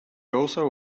also